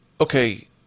Okay